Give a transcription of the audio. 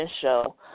show